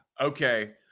Okay